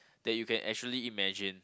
that you can actually imagine